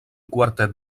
quartet